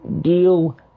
deal